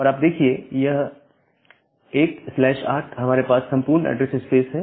और आप देखिए ये 18 हमारे पास संपूर्ण एड्रेस स्पेस है